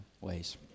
ways